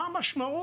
מה היא ההשפעה